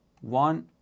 One